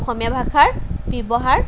অসমীয়া ভাষাৰ ব্যৱহাৰ